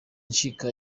ncika